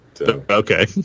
Okay